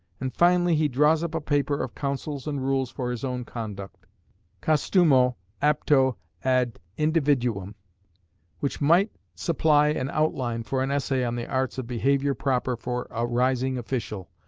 and, finally, he draws up a paper of counsels and rules for his own conduct custumae aptae ad individuum which might supply an outline for an essay on the arts of behaviour proper for a rising official,